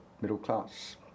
middle-class